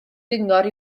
gyngor